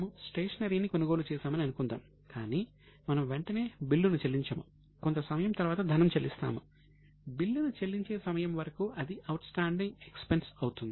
మనము స్టేషనరీని కొనుగోలు చేసామని అనుకుందాం కాని మనము వెంటనే బిల్లును చెల్లించము కొంత సమయం తరువాత ధనం చెల్లిస్తాము బిల్లును చెల్లించే సమయం వరకు అది అవుట్ స్టాండింగ్ ఎక్స్ పెన్స్ అవుతుంది